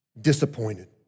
disappointed